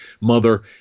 mother